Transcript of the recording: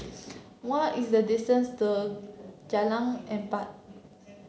what is the distance to Jalan Empat